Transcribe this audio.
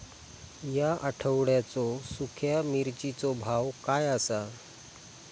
या आठवड्याचो सुख्या मिर्चीचो भाव काय आसा?